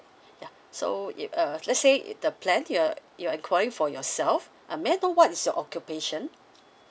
ya so it uh let's say it the plan you're you're enquiring for yourself uh may I know what's your occupation